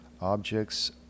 Objects